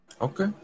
Okay